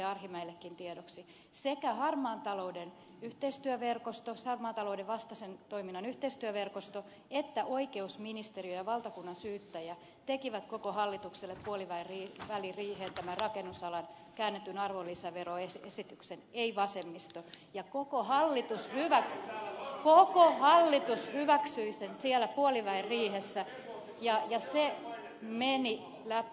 arhinmäellekin tiedoksi sekä harmaan talouden vastaisen toiminnan yhteistyöverkosto että oikeusministeriö ja valtakunnan syyttäjä tekivät koko hallitukselle puoliväliriiheen tämän rakennusalan käännetyn arvonlisäveroesityksen ei vasemmisto ja koko hallitus hyväksyi sen siellä puolivälin riihessä ja se meni läpi